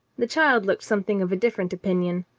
the child looked something of a different opinion.